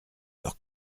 leur